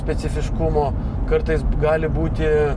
specifiškumo kartais gali būti